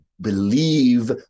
believe